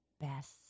best